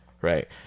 right